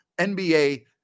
NBA